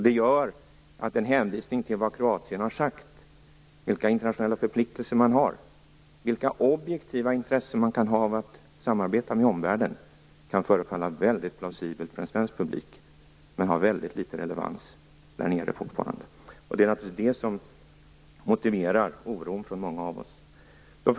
Det gör att en hänvisning till vad Kroatien har sagt, vilka internationella förpliktelser man har, vilka objektiva intressen man kan ha av att samarbeta med omvärlden, kan förefalla väldigt plausibelt för en svensk publik men fortfarande ha väldigt litet relevans där nere. Det är naturligtvis det som motiverar den oro som många av oss känner.